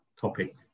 topic